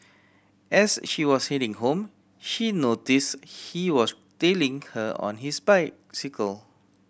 as she was heading home she noticed he was tailing her on his bicycle